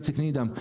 איציק נידם.